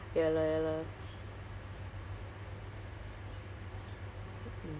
so jurong staying at jurong west is quite fitting for me lah you know in that sense because